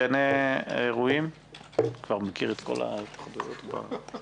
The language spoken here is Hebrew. אני אך לא מזמן השתתפתי בוועדה אחרת